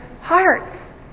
hearts